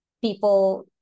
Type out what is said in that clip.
people